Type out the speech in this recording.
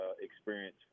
experience